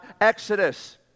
Exodus